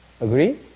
Agree